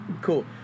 Cool